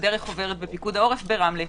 בדרך עוברת בפיקוד העורף ברמלה.